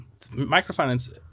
Microfinance